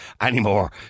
anymore